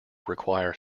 require